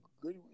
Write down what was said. good